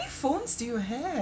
how many phones do you have